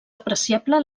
apreciable